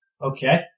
Okay